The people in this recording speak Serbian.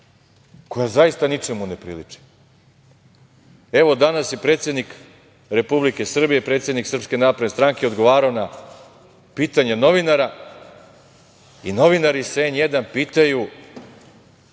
koja zaista ničemu ne priliči. Evo, danas je predsednik Republike Srbije, predsednik SNS, odgovarao na pitanja novinara i novinar sa N1 pitaju,